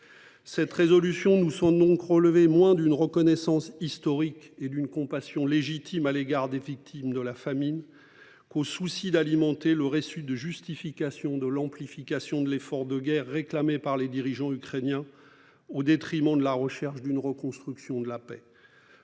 Cette résolution nous son nom que relever moins d'une reconnaissance historique et d'une compassion légitime à l'égard des victimes de la famine. Qu'au souci d'alimenter le récit de justification de l'amplification de l'effort de guerre réclamée par les dirigeants ukrainiens au détriment de la recherche d'une reconstruction de la paix.